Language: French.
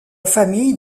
famille